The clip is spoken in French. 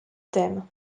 thèmes